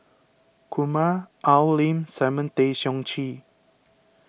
Kumar Al Lim Simon Tay Seong Chee